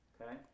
Okay